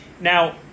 Now –